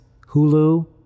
Hulu